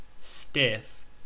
stiff